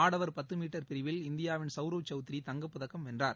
ஆடவர் பத்துமீட்டர் பிரிவில் இந்தியாவின் சௌரவ் சௌத்திரி தங்கப்பதக்கம் வென்றார்